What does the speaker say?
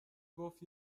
گفت